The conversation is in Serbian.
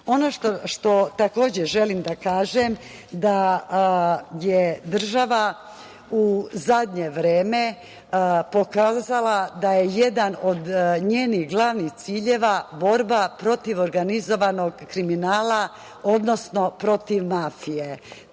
što takođe želim da kažem, da je država u zadnje vreme pokazala da je jedan od njenih glavnih ciljeva borba protiv organizovanog kriminala, odnosno protiv mafije.